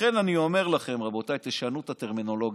לכן אני אומר לכם, רבותיי, תשנו את הטרמינולוגיה,